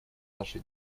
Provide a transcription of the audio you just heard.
наша